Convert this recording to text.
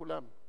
כולם.